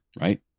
right